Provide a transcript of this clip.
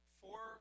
four